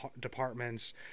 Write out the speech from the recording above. departments